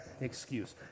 excuse